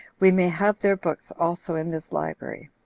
we may have their books also in this library.